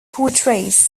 portrays